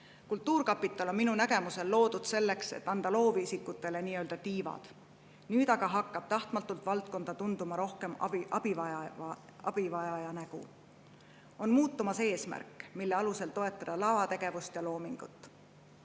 Kultuurkapital on minu nägemusel loodud selleks, et anda loovisikutele nii-öelda tiivad. Nüüd aga hakkab tahtmatult valdkond tunduma rohkem abivajaja nägu. On muutumas eesmärk, mille alusel toetada lavategevust ja loomingut.